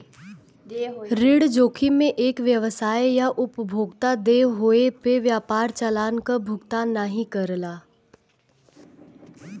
ऋण जोखिम में एक व्यवसाय या उपभोक्ता देय होये पे व्यापार चालान क भुगतान नाहीं करला